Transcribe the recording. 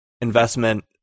investment